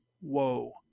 whoa